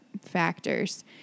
factors